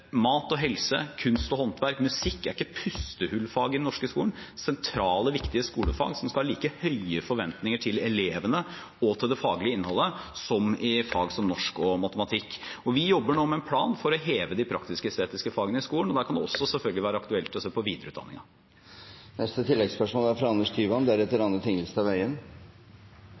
Mat og helse, kunst og håndverk og musikk er ikke pustehullfag i den norske skolen. Det er sentrale, viktige skolefag der man skal ha like høye forventninger til elevene og det faglige innholdet som i fag som norsk og matematikk. Vi jobber med en plan for å heve de praktisk-estetiske fagene i skolen, og da kan det selvfølgelig være aktuelt å se på videreutdanningen Anders Tyvand – til oppfølgingsspørsmål. Jeg er